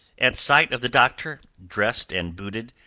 at sight of the doctor, dressed and booted,